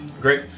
Great